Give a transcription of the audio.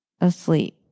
Asleep